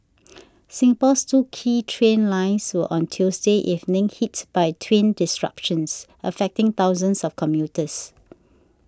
Singapore's two key train lines were on Tuesday evening hit by twin disruptions affecting thousands of commuters